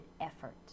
effort